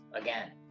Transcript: again